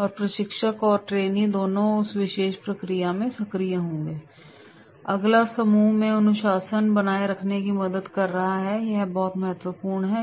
और प्रशिक्षक और प्रशिक्षु दोनों उस विशेष प्रक्रिया में सक्रिय होंगे अगला समूह में अनुशासन बनाए रखने में मदद कर रहा है यह बहुत महत्वपूर्ण है